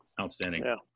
Outstanding